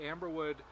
Amberwood